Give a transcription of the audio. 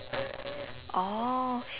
oh